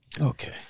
Okay